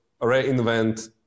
reinvent